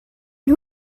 nhw